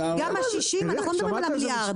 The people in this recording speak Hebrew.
אנחנו לא מדברים על המיליארד.